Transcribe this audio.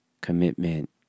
commitment